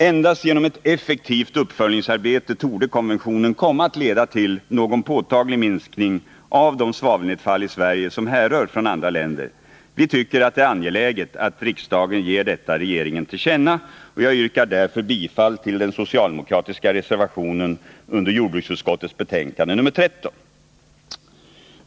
Endast genom ett effektivt uppföljningsarbete torde konventionen komma att leda till någon påtaglig minskning av de svavelnedfall i Sverige som härrör från andra länder. Vi tycker att det är angeläget att riksdagen ger detta regeringen till känna, och jag yrkar därför bifall till den socialdemokratiska reservationen under jordbruksutskottets betänkande 13.